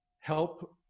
help